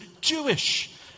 Jewish